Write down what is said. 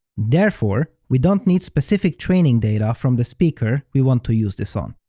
therefore we don't need specific training data from the speaker we want to use this on.